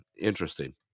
interesting